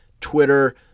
Twitter